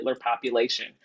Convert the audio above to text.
population